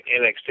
NXT